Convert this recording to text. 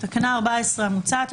תקנה 14 המוצעת,